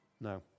no